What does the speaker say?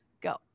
go